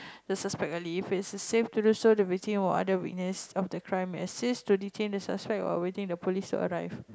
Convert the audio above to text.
the suspect early if it's safe to do so the victim or other witness of the crime assist to detain the suspect while waiting police to arrive